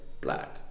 Black